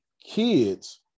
kids